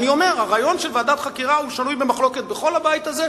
אני אומר שהרעיון של ועדת חקירה שנוי במחלוקת בכל הבית הזה,